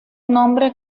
nombre